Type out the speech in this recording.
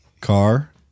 Car